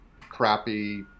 crappy